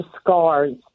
scars